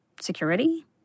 security